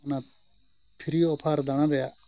ᱚᱱᱟ free offer ᱫᱟᱬᱟᱱ ᱨᱮᱭᱟᱜ